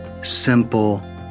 simple